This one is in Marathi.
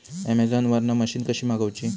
अमेझोन वरन मशीन कशी मागवची?